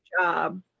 job